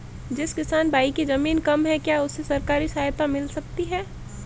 जिस किसान भाई के ज़मीन कम है क्या उसे सरकारी सहायता मिल सकती है?